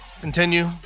continue